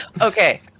Okay